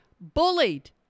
bullied